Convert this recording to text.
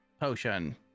potion